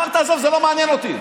אמרת: תעזוב, זה לא מעניין אותי.